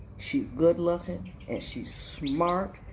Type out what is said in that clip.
she's good lookin', and she's smart,